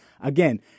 Again